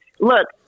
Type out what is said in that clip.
Look